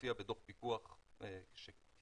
הופיע בדו"ח פיקוח שכתבנו